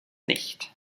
nicht